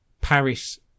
Paris